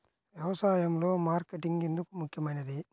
వ్యసాయంలో మార్కెటింగ్ ఎందుకు ముఖ్యమైనది?